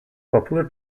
popular